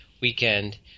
weekend